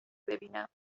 ببینم